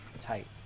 tight